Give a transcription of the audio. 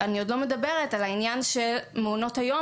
אני עוד לא מדברת על העניין של מעונות היום,